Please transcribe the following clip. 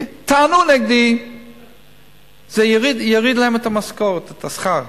טענו נגדי שזה יוריד להם את המשכורת, את השכר.